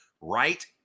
right